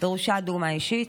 דרושה דוגמה אישית.